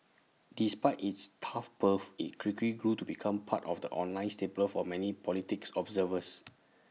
despite its tough birth IT quickly grew to become part of the online staple for many politics observers